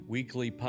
Weekly